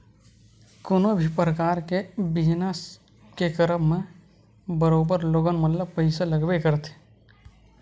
कोनो भी परकार के बिजनस के करब म बरोबर लोगन मन ल पइसा लगबे करथे